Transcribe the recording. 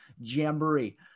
jamboree